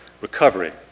recovery